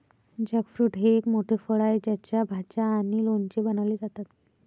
jackfruit हे एक मोठे फळ आहे ज्याच्या भाज्या आणि लोणचे बनवले जातात